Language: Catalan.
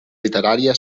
literària